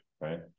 right